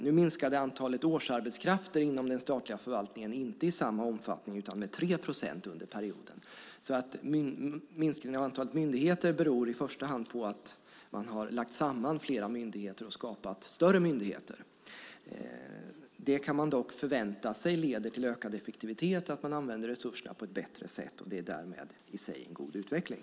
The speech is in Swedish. Nu minskade antalet årsarbetskrafter inom den statliga förvaltningen inte i samma omfattning utan med 3 procent under perioden. Minskningen av antalet myndigheter beror i första hand på att man har lagt samman flera myndigheter och skapat större myndigheter. Man kan dock förvänta sig att det leder till ökad effektivitet och till att man använder resurserna på ett bättre sätt. Det är därmed i sig en god utveckling.